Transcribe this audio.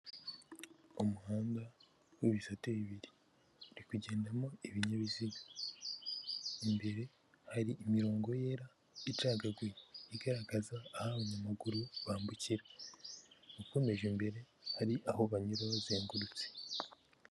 Umuhanda w'ibisate bibiri uri kugendamo ibinyabiziga, imbere hari imirongo yera icagaguye igaragaza aho abanyamaguru bambukira ukomeje imbere hari aho banyura bazengurutse.